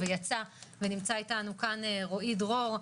נמצא איתנו כאן רועי דרור,